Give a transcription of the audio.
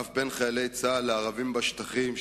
אף בין חיילי צה"ל לערבים בשטחים,